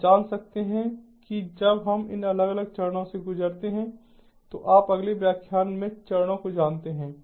आप जान सकते हैं कि जब हम इन अलग अलग चरणों से गुजरते हैं तो आप अगले व्याख्यान में चरणों को जानते हैं